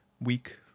week